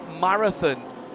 marathon